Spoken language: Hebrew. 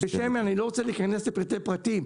בשמן אני לא רוצה להיכנס לפרטי פרטים,